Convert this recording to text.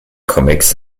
comics